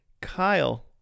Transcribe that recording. Kyle